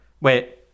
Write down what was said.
Wait